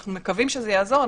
אנחנו מקווים שזה יעזור,